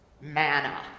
manna